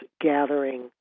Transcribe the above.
gathering